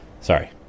sorry